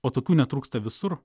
o tokių netrūksta visur